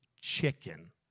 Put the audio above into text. chicken